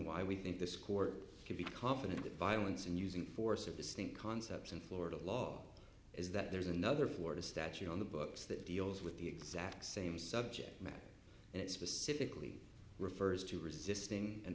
why we think this court can be confident that violence and using force of distinct concepts in florida law is that there's another florida statute on the books that deals with the exact same subject matter and it specifically refers to resisting an